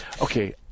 okay